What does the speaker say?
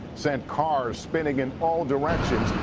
sent cars spinning in all directions,